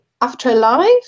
Afterlife